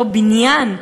אותו בניין,